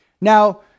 now